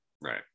Right